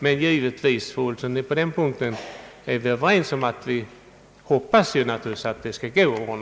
Men vi hoppas givetvis, fru Olsson, att det skall gå att ordna.